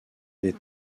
des